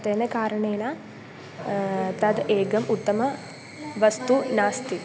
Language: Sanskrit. तेन कारणेन तद् एकम् उत्तमं वस्तु नास्ति